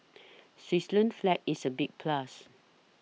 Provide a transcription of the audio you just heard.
Switzerland's flag is a big plus